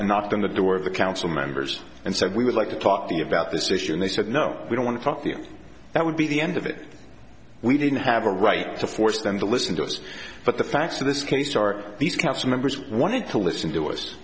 and knocked on the door of the council members and said we would like to talk to you about this issue and they said no we don't want to talk to you that would be the end of it we didn't have a right to force them to listen to us but the facts of this case start these council members wanted to listen to us